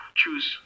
choose